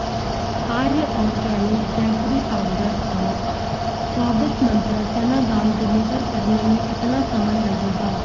आर्य organic jaggery powder और चौबीस मंत्रा चना दाल डिलीवर करने में कितना समय लगेगा